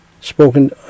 spoken